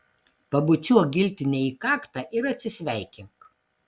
pabučiuok giltinei į kaktą ir atsisveikink